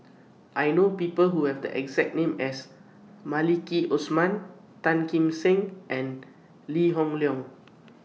I know People Who Have The exact name as Maliki Osman Tan Kim Seng and Lee Hoon Leong